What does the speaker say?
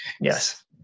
Yes